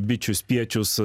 bičių spiečius